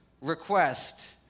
request